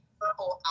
purple